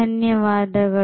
ಧನ್ಯವಾದಗಳು